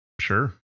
sure